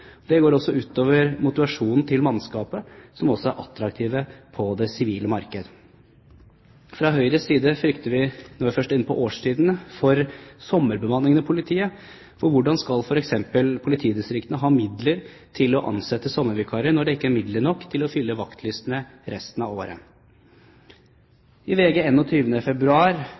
Dette går også ut over motivasjonen til mannskapet, som også er attraktive på det sivile markedet. Fra Høyres side frykter vi, når vi først er inne på årstidene, for sommerbemanningen i politiet. For hvordan skal f.eks. politidistriktene ha midler til å ansette sommervikarer, når det ikke er midler nok til å fylle vaktlistene resten av året? I VG 21. februar